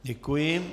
Děkuji.